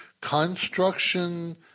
construction